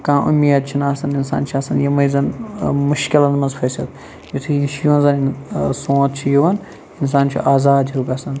کانٛہہ اُمید چھَ نہٕ آسان اِنسان چھُ آسان یِمے زَن مُشکِلَن مَنٛز پھٔسِتھ یِتھٕے یہِ چھُ یِوان زَن سونٛتھ چھُ یِوان اِنسان چھُ آزاد ہیٚو گَژھان